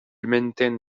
maintint